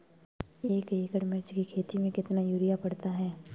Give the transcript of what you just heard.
एक एकड़ मिर्च की खेती में कितना यूरिया पड़ता है?